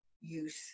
use